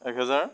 এক হেজাৰ